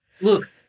Look